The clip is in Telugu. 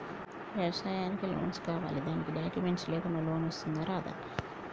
వ్యవసాయానికి లోన్స్ కావాలి దానికి డాక్యుమెంట్స్ లేకుండా లోన్ వస్తుందా రాదా?